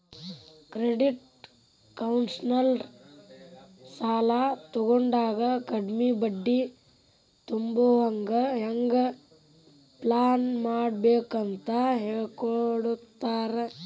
credit counsellor ಸಾಲಾ ತಗೊಂಡಾಗ ಕಡ್ಮಿ ಬಡ್ಡಿ ತುಂಬೊಹಂಗ್ ಹೆಂಗ್ ಪ್ಲಾನ್ಮಾಡ್ಬೇಕಂತ್ ಹೆಳಿಕೊಡ್ತಾರ